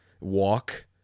walk